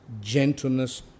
gentleness